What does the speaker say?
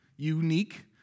Unique